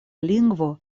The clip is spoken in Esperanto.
lingvo